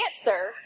answer